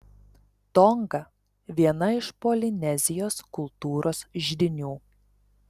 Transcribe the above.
tonga viena iš polinezijos kultūros židinių